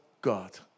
God